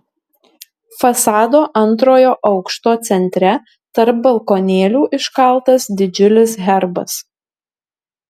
fasado antrojo aukšto centre tarp balkonėlių iškaltas didžiulis herbas